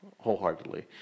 wholeheartedly